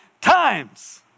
times